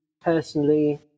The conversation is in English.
personally